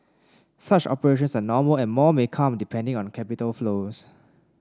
such operations are normal and more may come depending on capital flows